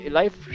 life